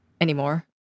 anymore